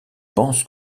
pense